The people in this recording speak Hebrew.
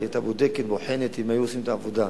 היא היתה בודקת, בוחנת, הם היו עושים את העבודה.